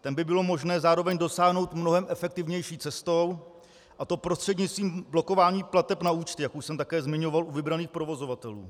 Ten by bylo možné zároveň dosáhnout mnohem efektivnější cestou, a to prostřednictvím blokování plateb na účty, jak už jsem také zmiňoval, u vybraných provozovatelů.